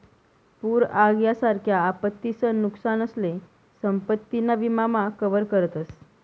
पूर आग यासारख्या आपत्तीसन नुकसानसले संपत्ती ना विमा मा कवर करतस